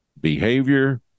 behavior